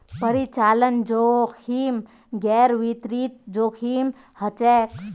परिचालन जोखिम गैर वित्तीय जोखिम हछेक